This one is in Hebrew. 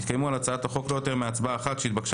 יתקיימו על הצעת החוק לא יותר מהצבעה אחת שהתבקשה